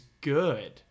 good